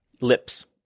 Lips